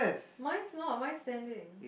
mine's not mine's standing